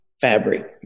fabric